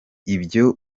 ibyo